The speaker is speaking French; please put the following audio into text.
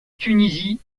tunisie